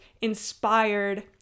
inspired